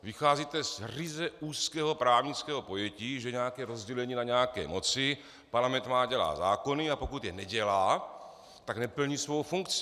Vycházíte z ryze úzkého právnického pojetí, že nějaké rozdělení na nějaké moci parlament má dělat zákony, a pokud je nedělá, tak neplní svou funkci.